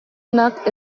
onak